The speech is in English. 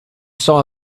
saw